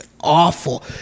awful